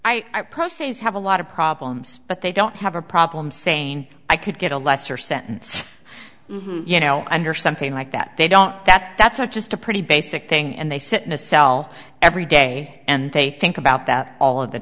i have a lot of problems but they don't have a problem saying i could get a lesser sentence you know under something like that they don't that that's just a pretty basic thing and they sit in a cell every day and they think about that all of the